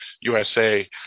USA